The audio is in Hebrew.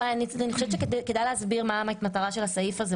אני חושבת שכדאי להסביר מה מטרת הסעיף הזה.